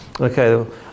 Okay